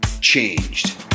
changed